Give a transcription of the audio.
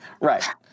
Right